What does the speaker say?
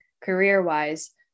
career-wise